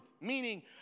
Meaning